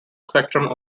spectrum